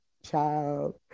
child